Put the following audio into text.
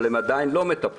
אבל הן עדיין לא מטפלות,